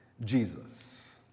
Jesus